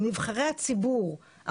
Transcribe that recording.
מנבחרי הציבור,